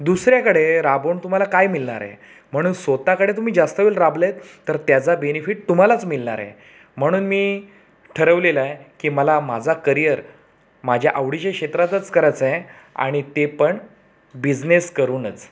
दुसऱ्याकडे राबून तुम्हाला काय मिलणार आहे म्हणून स्वत कडे तुम्ही जास्त वेळ राबले तर त्याचा बेनिफिट तुम्हालाच मिळनार आहे म्हणून मी ठरवलेलं आहे की मला माझा करियर माझ्या आवडीच्या क्षेत्रातच करायचं आहे आणि ते पण बिजनेस करूनच